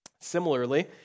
Similarly